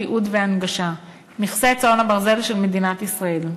תיעוד והנגשה של נכסי צאן הברזל של מדינת ישראל.